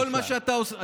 כל מה שאתה עושה,